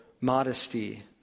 modesty